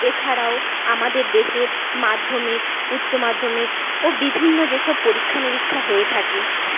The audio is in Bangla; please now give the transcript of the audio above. এছাড়াও আমাদের দেশের মাধ্যমিক উচ্চমাধ্যমিক ও বিভিন্ন যেসব পরীক্ষা নিরীক্ষা হয়ে থাকে